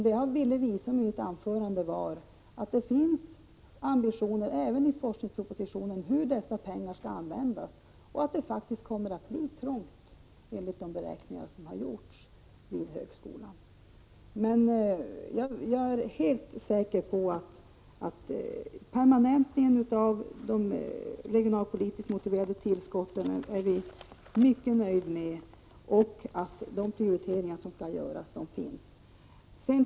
Det jag ville visa på i mitt anförande var emellertid att det i forskningspropositionen finns anvisningar om hur dessa pengar skall användas och att det faktiskt kommer att bli trångt, enligt de beräkningar som har gjorts vid högskolan. Permanentningen av de regionalpolitiskt motiverade tillskotten är vi mycket nöjda med. De prioriteringar som skall göras har redan gjorts.